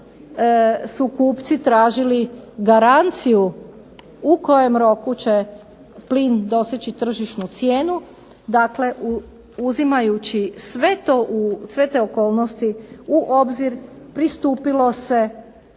su kupci tražili garanciju u kojem roku će plin doseći tržišnu cijenu. Dakle, uzimajući sve te okolnosti u obzir pristupilo se